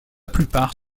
plupart